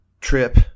trip